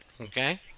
okay